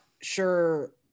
sure